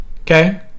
okay